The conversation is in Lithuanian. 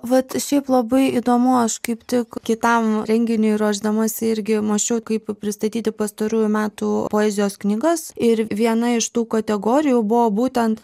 vat šiaip labai įdomu aš kaip tik kitam renginiui ruošdamasi irgi mąsčiau kaip pristatyti pastarųjų metų poezijos knygas ir viena iš tų kategorijų buvo būtent